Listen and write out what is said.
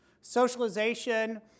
Socialization